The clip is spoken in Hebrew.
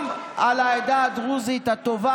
גם על העדה הדרוזית הטובה